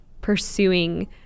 pursuing